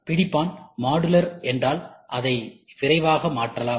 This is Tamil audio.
பிடிப்பான் மாடுலர் என்றால் அதை விரைவாக மாற்றலாம்